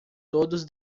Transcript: todos